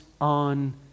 on